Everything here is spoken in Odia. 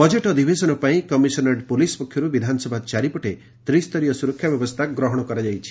ବଜେଟ୍ ଅଧିବେଶନ ପାଇଁ କମିଶନରେଟ୍ ପୁଲିସ୍ ପକ୍ଷରୁ ବିଧାନସଭା ଚାରିପଟେ ତ୍ରିସ୍ତରୀୟ ସ୍ବରକ୍ଷା ବ୍ୟବସ୍କା ଗ୍ରହଶ କରାଯାଇଛି